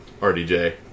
RDJ